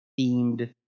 themed